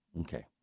Okay